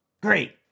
Great